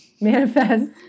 Manifest